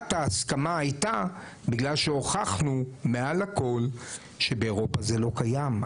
ליבת ההסכמה הייתה בגלל שהוכחנו מעל הכל שבאירופה זה לא קיים.